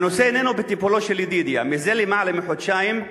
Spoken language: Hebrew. "הנושא איננו בטיפולו של ידידיה זה למעלה מחודשיים,